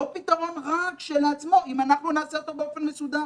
פתרון רע כשלעצמו אם אנחנו נעשה אותו באופן מסודר.